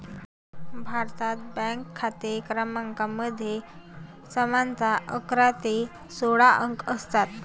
भारतात, बँक खाते क्रमांकामध्ये सामान्यतः अकरा ते सोळा अंक असतात